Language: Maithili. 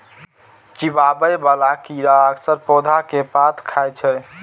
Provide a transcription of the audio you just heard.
चिबाबै बला कीड़ा अक्सर पौधा के पात कें खाय छै